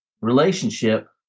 Relationship